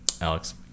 Alex